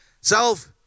Self